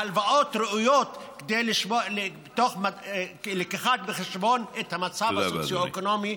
הלוואות ראויות תוך לקיחה בחשבון של המצב הסוציו-אקונומי,